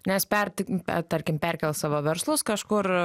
nes perti a tarkim perkels savo verslus kažkur